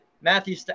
Matthew –